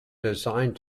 designed